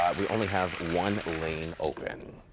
um we only have one lane open.